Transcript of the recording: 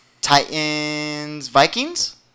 Titans-Vikings